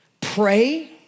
pray